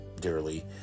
dearly